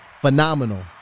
phenomenal